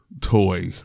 toy